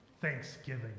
Thanksgiving